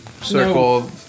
circle